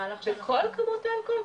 בכל כמות אלכוהול?